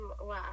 wow